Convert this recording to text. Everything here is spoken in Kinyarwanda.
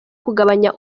kugabanya